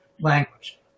language